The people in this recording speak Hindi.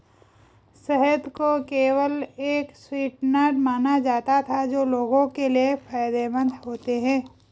शहद को केवल एक स्वीटनर माना जाता था जो लोगों के लिए फायदेमंद होते हैं